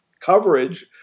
coverage